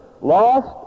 Lost